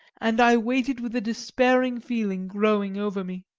and i waited with a despairing feeling growing over me.